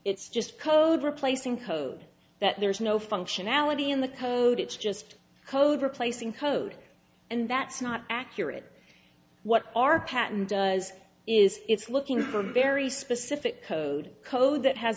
it's just code replacing code that there's no functionality in the code it's just code replacing code and that's not accurate what our patent does is it's looking for a very specific code code that has